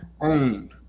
owned